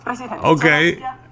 Okay